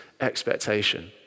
expectation